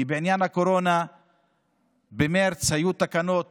כי בעניין הקורונה במרץ היו תקנות